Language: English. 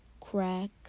crack